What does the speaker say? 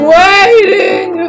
waiting